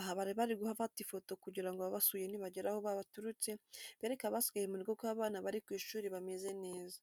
aha bari bari gufata ifoto kugira ngo ababasuye nibagera aho baturutse, bereke abasigaye mu rugo ko abana bari ku ishuri bameze neza.